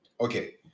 Okay